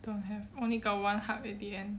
don't have only got one hug already then